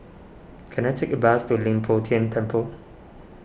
can I take a bus to Leng Poh Tian Temple